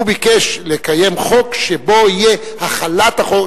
הוא ביקש לקיים חוק שבו תהיה החלת החוק,